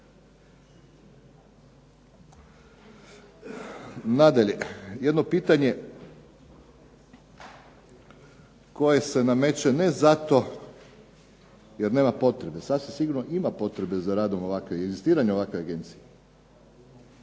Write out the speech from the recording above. Nadalje. Jedno pitanje koje se nameće ne zato jer nema potrebe. Sasvim sigurno ima potrebe za radom i inzistiranje ovakve agencije.